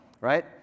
right